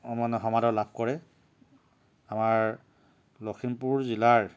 মানে সমাদৰ লাভ কৰে আমাৰ লখিমপুৰ জিলাৰ